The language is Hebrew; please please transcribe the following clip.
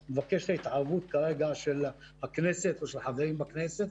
שבו מבקשים התערבות של הכנסת או של חברי הכנסת,